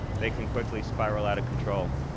they can quickly spiral out of control.